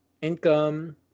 income